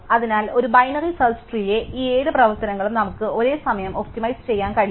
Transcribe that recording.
അതിനാൽ ഒരു binary search ട്രീയിലെ ഈ 7 പ്രവർത്തനങ്ങളും നമുക്ക് ഒരേസമയം ഒപ്റ്റിമൈസ് ചെയ്യാൻ കഴിയും